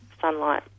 sunlight